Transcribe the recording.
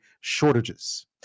shortages